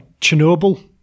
Chernobyl